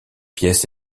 pièces